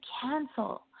cancel